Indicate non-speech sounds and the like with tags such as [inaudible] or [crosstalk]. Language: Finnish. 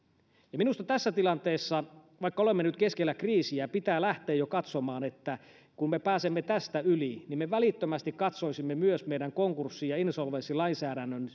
minusta tässä tilanteessa vaikka olemme nyt keskellä kriisiä pitää lähteä jo ajattelemaan sitä että kun me pääsemme tästä yli niin me välittömästi katsoisimme myös meidän konkurssi ja insolvenssilainsäädännön [unintelligible]